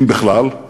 אם בכלל,